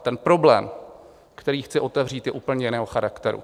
Ten problém, který chci otevřít, je úplně jiného charakteru.